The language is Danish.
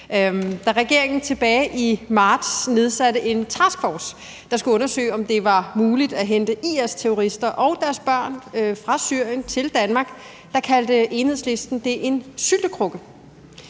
Da regeringen tilbage i marts nedsatte en taskforce, der skulle undersøge, om det var muligt at hente IS-terrorister og deres børn fra Syrien til Danmark, kaldte Enhedslisten det en syltekrukke.